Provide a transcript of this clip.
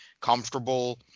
comfortable